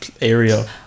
area